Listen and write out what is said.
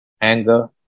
anger